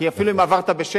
כי אפילו אם עברת בשקל,